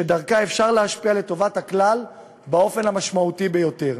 שדרכה אפשר להשפיע לטובת הכלל באופן המשמעותי ביותר.